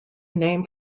name